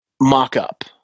mock-up